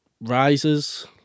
rises